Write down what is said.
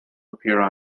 appeared